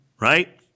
right